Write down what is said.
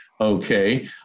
okay